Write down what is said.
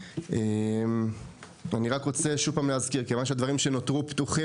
אני רק רוצה שוב פעם להזכיר מכיוון שהדברים שנותרו פתוחים